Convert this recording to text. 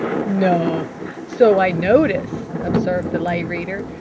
no so i notice, observed the lay reader.